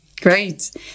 Great